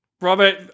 Robert